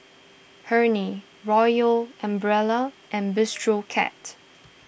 Hurley Royal Umbrella and Bistro Cat